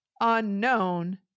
unknown